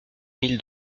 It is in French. mille